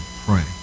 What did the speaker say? pray